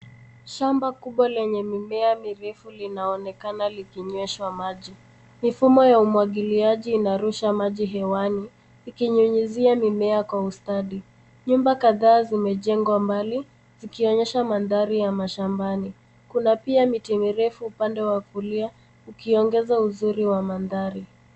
Shamba kubwa lenye mimea mirefu linaonekana likinyweshwa maji. Mifumo ya umwagiliaji inarusha maji hewani ikinyunyizia mimea kwa ustadi. Nyumba kadhaa zimejengwa mbali zikionyesha mandhari ya mashambani. Kuna pia miti mirefu upande wa kulia ukiongeza uzuri wa mandhari.